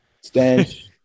Stench